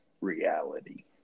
reality